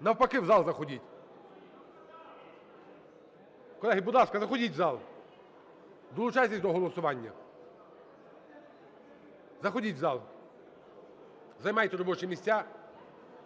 Навпаки, в зал заходіть. Колеги, будь ласка, заходіть в зал, долучайтеся до голосування, заходіть в зал, займайте робочі місця.